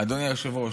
אדוני היושב-ראש,